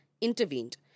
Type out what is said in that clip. intervened